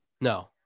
No